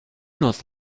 not